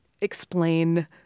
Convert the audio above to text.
explain –